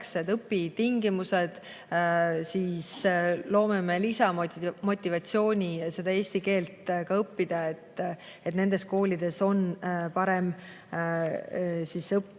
õpitingimused, me loome lisamotivatsiooni eesti keelt õppida, sest nendes koolides on parem õppe,